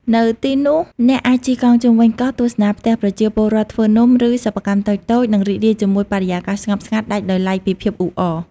នៅទីនោះ អ្នកអាចជិះកង់ជុំវិញកោះ ទស្សនាផ្ទះប្រជាពលរដ្ឋធ្វើនំ ឬសិប្បកម្មតូចៗ និងរីករាយជាមួយបរិយាកាសស្ងប់ស្ងាត់ដាច់ដោយឡែកពីភាពអ៊ូអរ។